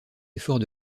efforts